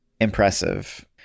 impressive